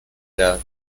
der